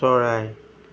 চৰাই